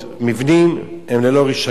מבנים, הם ללא רשיון.